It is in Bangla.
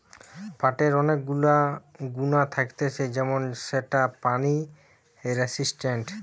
পাটের অনেক গুলা গুণা থাকতিছে যেমন সেটা পানি রেসিস্টেন্ট